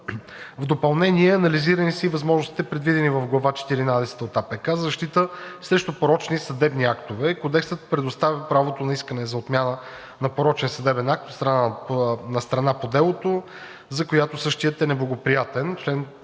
В допълнение са анализирани и възможностите, предвидени в Глава четиринадесета от АПК „Защита срещу порочни съдебни актове“. Кодексът предоставя правото на искане за отмяна на порочен съдебен акт на страна по делото, за която същият е неблагоприятен –